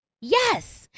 Yes